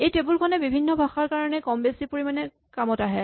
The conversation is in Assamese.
এই টেবুল খনে বিভিন্ন ভাষাৰ কাৰণে কম বেছি পৰিমাণে কামত আহে